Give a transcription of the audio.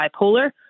bipolar